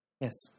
Yes